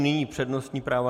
Nyní přednostní práva.